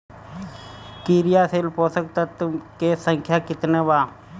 क्रियाशील पोषक तत्व के संख्या कितना बा?